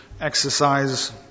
exercise